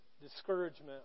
discouragement